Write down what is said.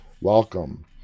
Welcome